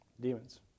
Demons